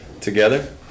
together